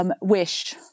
wish